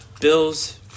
Bills